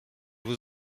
vous